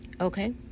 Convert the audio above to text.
Okay